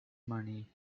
money